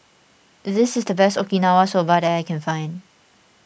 is this the best Okinawa Soba that I can find